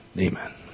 Amen